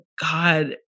God